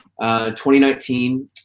2019